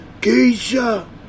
Keisha